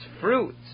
fruits